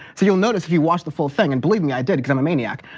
so you'll notice if you watch the full thing and believe me, i did because i'm a maniac.